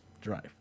drive